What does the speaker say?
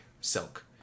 silk